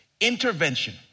Intervention